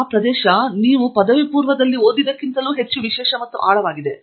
ಆ ಪ್ರದೇಶ ನೀವು ಓದಿದಕ್ಕಿಂತ ಹೆಚ್ಚು ವಿಶೇಷ ಮತ್ತು ಆಳವಾಗಿದೆ